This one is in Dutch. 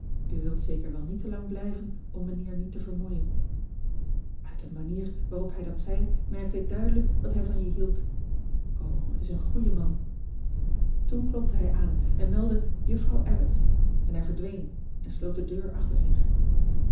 wilt zeker wel niet te lang blijven om ijnheer niet te vermoeien it de manier waarop hij dat zei merkte ik duidelijk dat hij van je hield het is een goeie man oen klopte hij aan en meldde uffrouw bbott en hij verdween en sloot de deur achter zich